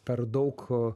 per daug